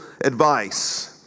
advice